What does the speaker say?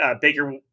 Baker